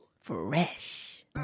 Fresh